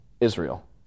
Israel